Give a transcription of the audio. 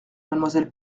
mademoiselle